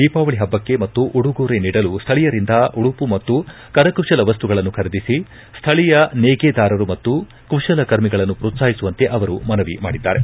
ದೀಪಾವಳಿ ಪಬ್ಲಕ್ಕೆ ಮತ್ತು ಉಡುಗೊರೆ ನೀಡಲು ಸ್ವಳೀಯರಿಂದ ಉಡುಪು ಮತ್ತು ಕರಕುತಲ ವಸ್ತುಗಳನ್ನು ಖರೀದಿಸಿ ಸ್ವಳೀಯ ನೇಯ್ಗೆದಾರರು ಮತ್ತು ಕುಶಲಕರ್ಮಿಗಳನ್ನು ಮ್ರೋತ್ಸಾಹಿಸುವಂತೆ ಅವರು ಮನವಿ ಮಾಡಿದ್ದಾರೆ